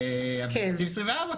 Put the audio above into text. ותקציב 2024,